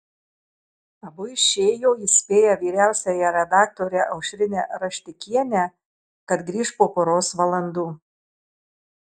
abu išėjo įspėję vyriausiąją redaktorę aušrinę raštikienę kad grįš po poros valandų